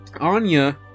Anya